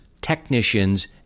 technicians